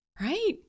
right